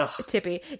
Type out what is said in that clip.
tippy